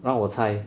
让我猜